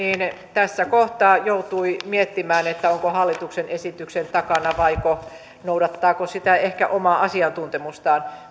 tässä kohtaa joutui miettimään onko hallituksen esityksen takana vaiko noudattaako ehkä sitä omaa asiantuntemustaan